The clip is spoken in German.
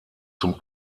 zum